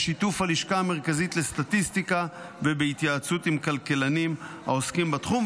בשיתוף הלשכה המרכזית לסטטיסטיקה ובהתייעצות עם כלכלנים העוסקים בתחום,